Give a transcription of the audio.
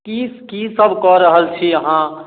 की की सभ कऽ रहल छी अहाँ